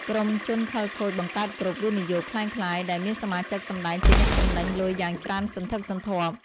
ក្រុមជនខិលខូចបង្កើត "Group វិនិយោគ" ក្លែងក្លាយ ដែលមានសមាជិកសម្តែងជាអ្នកចំណេញលុយយ៉ាងច្រើនសន្ធឹកសន្ធាប់។